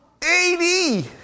80